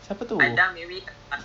siapa tu